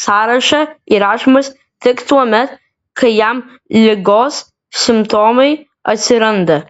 sąrašą įrašomas tik tuomet kai jam ligos simptomai atsiranda